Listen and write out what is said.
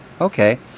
okay